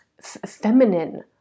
feminine